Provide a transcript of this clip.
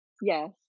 Yes